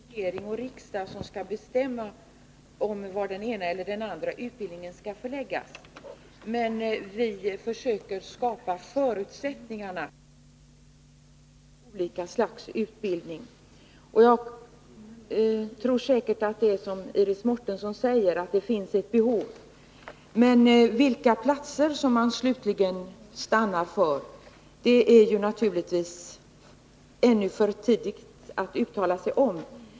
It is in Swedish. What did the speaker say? Herr talman! Det är inte regering och riksdag som skall bestämma om var den ena eller andra utbildningen skall förläggas. Men vi försöker skapa förutsättningarna för olika slags utbildning. Såsom Iris Mårtensson säger finns det säkert ett behov. Men vilka platser man slutligen stannar för är det naturligtvis ännu för tidigt att uttala sig om.